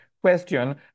question